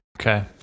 okay